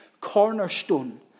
cornerstone